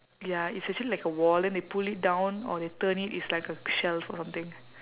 ya it's actually like a wall then they pull it down or they turn it it's like a shelf or something